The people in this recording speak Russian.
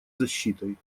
защитой